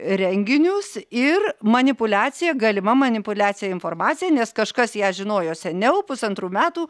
renginius ir manipuliacija galima manipuliacija informacija nes kažkas ją žinojo seniau pusantrų metų